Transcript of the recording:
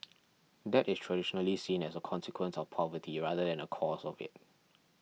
debt is traditionally seen as a consequence of poverty rather than a cause of it